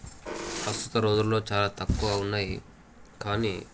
ప్రస్తుత రోజుల్లో చాలా తక్కువ ఉన్నాయి కానీ